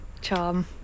charm